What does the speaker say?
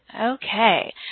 okay